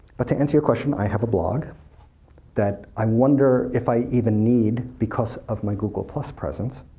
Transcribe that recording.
but to answer your question, i have a blog that i wonder if i even need, because of my google presence.